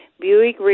Buick